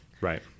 Right